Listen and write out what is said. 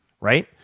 right